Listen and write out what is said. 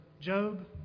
Job